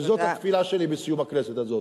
וזאת התפילה שלי בסיום הכנסת הזאת.